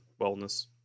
wellness